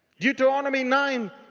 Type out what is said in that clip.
deuteronomy nine,